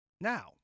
Now